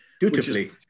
dutifully